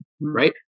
Right